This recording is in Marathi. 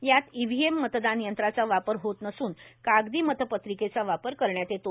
यात ईव्हीएम मतदान यंत्राचा वापर होत नसून कागदी मतपत्रिकेचा वापर करण्यात येतो